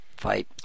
fight